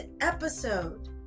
episode